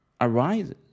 arises